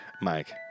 Mike